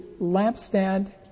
lampstand